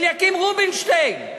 אליקים רובינשטיין,